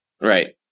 Right